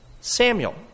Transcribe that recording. Samuel